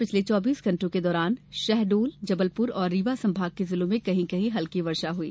पिछले चौबीस घण्टों के दौरान शहडोल जबलपुर और रीवा संभाग के जिलों में कहीं कहीं वर्षा हुई